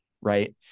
Right